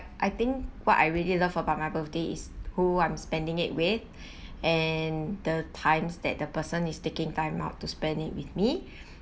I think what I really love about my birthday is who I'm spending it with and the times that the person is taking time out to spend it with me